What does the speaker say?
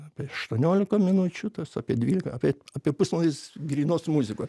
apie aštuoniolika minučių tas apie dvylika apie apie pusvalandis grynos muzikos